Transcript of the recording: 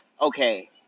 Okay